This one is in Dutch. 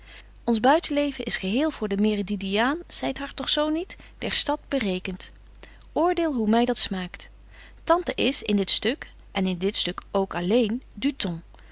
ons buitenleven is geheel voor den merididiaan zeit hartog zo niet der stad berekent oordeel hoe my dat smaakt tante is in dit stuk en in dit stuk ook alléén du